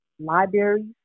libraries